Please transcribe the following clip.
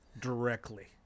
...directly